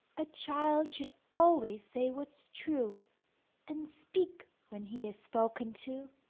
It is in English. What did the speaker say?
a child should always say what's true and speak when he is spoken to,